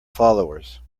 followers